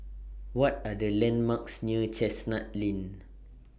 What Are The landmarks near Chestnut Lane